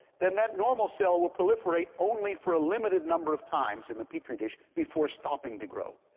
then that normal cell will proliferate only for a limited number of times in the petri dish before stopping to grow.